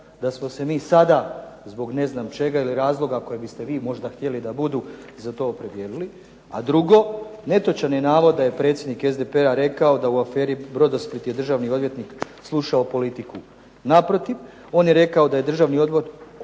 da smo se mi sada zbog ne znam čega ili razloga kojeg biste vi možda htjeli da budu za to opredijelili. A drugo, netočan je navod da je predsjednik SDP-a rekao da u aferi "Brodosplit" je državni odvjetnik slušao politiku. Naprotiv, on je rekao da je državni odvjetnik